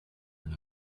and